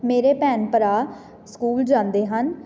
ਮੇਰੇ ਭੈਣ ਭਰਾ ਸਕੂਲ ਜਾਂਦੇ ਹਨ